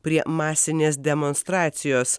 prie masinės demonstracijos